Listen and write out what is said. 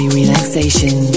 relaxation